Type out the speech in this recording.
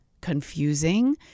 confusing